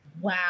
wow